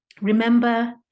remember